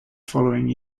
following